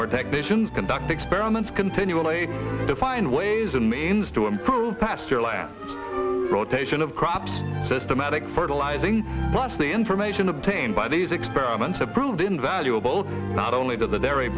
where technicians conduct experiments continually to find ways and means to improve past your last rotation of crops systematic fertilizing thus the information obtained by these experiments have proved invaluable not only to the dairy